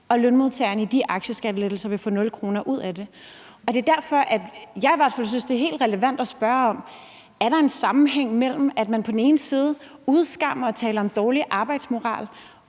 lønmodtagere ved de aktieskattelettelser vil få 0 kr. ud af det. Det er derfor, at jeg i hvert fald synes det er helt relevant at spørge: Er der en sammenhæng mellem, at man på den ene side udskammer og taler om dårlig arbejdsmoral